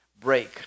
break